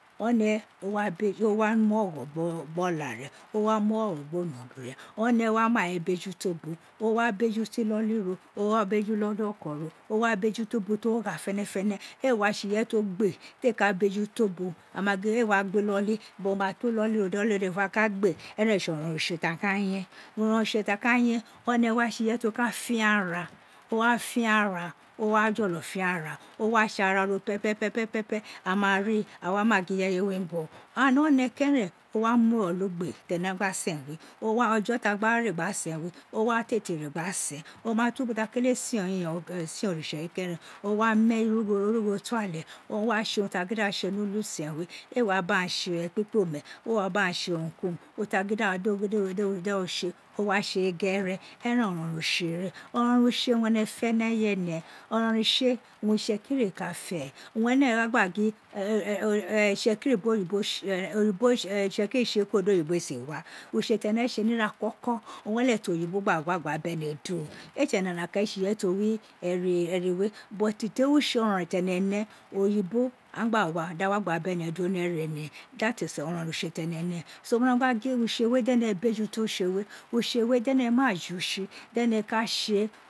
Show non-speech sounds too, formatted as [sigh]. One o [hesitation] mu ogho gbe obru owa mu ogbo gbo no hien, one wa main beju to bo, o wa beju to ilol ro o wa beju loli oko ro, o wa befuto nbo to gha fene fene éè wa tsi ireye to gbe, te ka befuto bo, ama gin do a gbi lolu, wo ma to iloli ro di iloli ro ka ka gbe eren èé tse oronron utse ti u ka yen, noron utsa ti a ku yen one wa tse waye ti o ka fiara, o wa fiara, o wa jols fiara o wa tsu ara ro [unintelligible] a ma ri, a wa ma jin reye re wi ubowe a no he keren to wa mu wo lo gbe tene gba sen we o wa [hesitation] ojo tagha re gha a sen we o wa tete re gba ra sen o ma tu bo ta kele sen oritse we keren o wa mu [hesitation] origho to ale o wa tse wun ti a gia da tse ni uli-usen we ee wa baghan tse ekpikpomen ee wa baghan tse urun ki urun, urun ta gin [hesitation] do owui tse o wa tse ghere, eran oronron utse ren oronron utse owun ene yin ene fe ni eye ene oronron utse owun itsekiri ka fee, owun o leghe aghan gba gin itsekiri bi [hesitation] tse kuro di kuro di oyibo éè si wa, utse tene tse ni ira koko owun re leghe to yibo gban wa gba bene do eê tse ene nokan re tse ireye to ior eri we, but teri utse orouron tene ne, oyibo gba wa, da ghan wa gba ra bene do ni eri ene that is oronron utse tene ne so mo no gba gin we dẹnẹ beguto utse we utse we dẹnẹ maa jutsi dẹnẹ ka tse